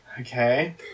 Okay